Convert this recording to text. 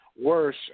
worse